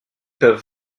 peuvent